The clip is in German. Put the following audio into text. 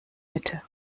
mitte